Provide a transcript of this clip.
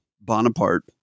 Bonaparte